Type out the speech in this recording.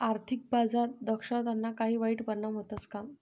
आर्थिक बाजार दक्षताना काही वाईट परिणाम व्हतस का